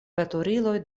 veturiloj